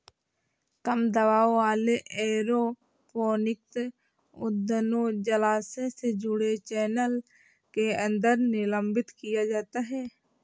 कम दबाव वाले एरोपोनिक उद्यानों जलाशय से जुड़े चैनल के अंदर निलंबित किया जाता है